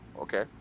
Okay